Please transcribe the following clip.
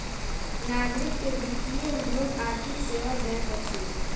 नागरिक के वित्तीय उद्योग आर्थिक सेवा दैत अछि